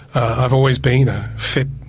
i've always been a fit,